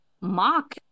mock